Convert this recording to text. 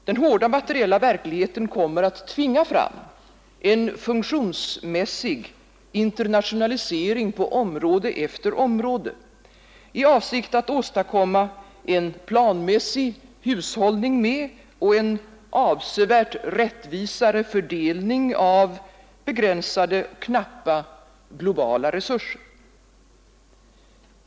Den hårda materiella verkligheten kommer att tvinga fram en funktionsmässig internationalisering på område efter område i avsikt att åstadkomma en planmässig hushållning med och en avsevärt rättvisare fördelning av begränsade och knappa globala resurser.